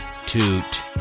Toot